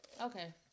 okay